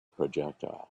projectile